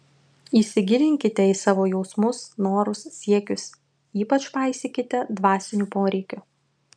įsigilinkite į savo jausmus norus siekius ypač paisykite dvasinių poreikių